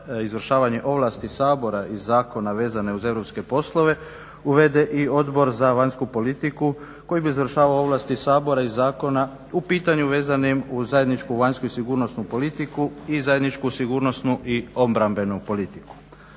izvršavanje ovlasti Sabora iz zakona vezane za europske poslove uvede i Odbor za vanjsku politiku koji bi izvršavao ovlasti Sabora iz zakona u pitanju vezanim uz zajedničku vanjsku i sigurnosnu politiku i zajedničku sigurnosnu i obrambenu politiku.